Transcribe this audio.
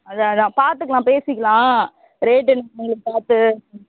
அதான் அதான் பார்த்துக்கலாம் பேசிக்கலாம் ரேட்டு என்னன்னு உங்களுக்கு பார்த்து